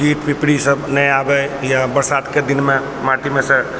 कीट पिपरी सब नहि आबै या बरसातके दिनमे माटिमेसँ